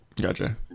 Gotcha